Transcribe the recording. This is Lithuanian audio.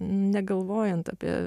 negalvojant apie